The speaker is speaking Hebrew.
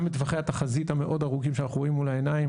גם בטווחי התחזית המאוד ארוכים שאנחנו רואים מול העיניים,